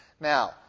Now